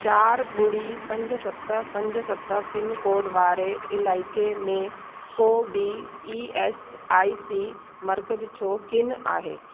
चारि ॿुड़ी पंज सत पंज सत पिनकोड वारे इलाइके में को बि ई एस आई सी मर्कज़ छो कोन्ह आहे